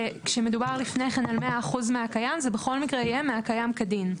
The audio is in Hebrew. כשמדובר לפני כן על 100% מהקיים זה בכל מקרה יהיה מהקיים כדין,